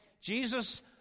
Jesus